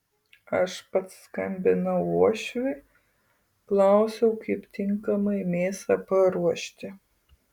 aš pats skambinau uošviui klausiau kaip tinkamai mėsą paruošti